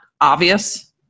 obvious